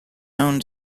own